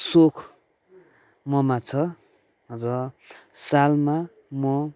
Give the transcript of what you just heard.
सोख ममा छ र सालमा म